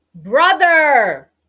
Brother